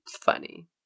funny